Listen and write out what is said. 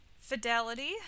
Fidelity